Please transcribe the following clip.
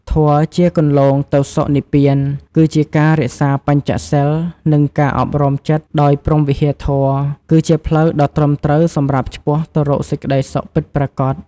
ធម៌ជាគន្លងទៅសុខនិព្វាន គឺជាការរក្សាបញ្ចសីល និងការអប់រំចិត្តដោយព្រហ្មវិហារធម៌ គឺជាផ្លូវដ៏ត្រឹមត្រូវសម្រាប់ឆ្ពោះទៅរកសេចក្តីសុខពិតប្រាកដ។